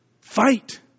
Fight